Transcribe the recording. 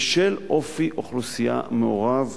בשל אופי אוכלוסייה מעורב,